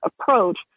approach